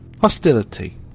hostility